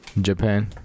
Japan